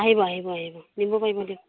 আহিব আহিব আহিব নিব পাৰিব দিয়ক